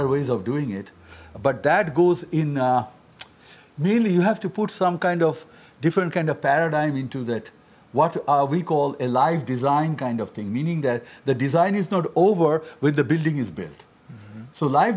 are ways of doing it but that goes in really you have to put some kind of different kind of paradigm into that what we call a live design kind of thing meaning that the design is not over with the building is built so live